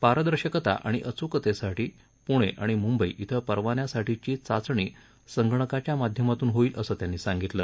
पारदर्शकता आणि अचूकतेसाठी पुणे आणि मुंबई क्वे परवान्यासाठीची चाचणी संगणकाच्या माध्यमातून होईल असं त्यांनी सांगितलं